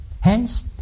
Hence